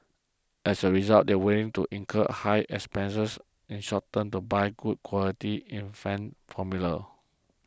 as a result they are willing to incur high expenses in the short term to buy good quality infant formula